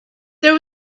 there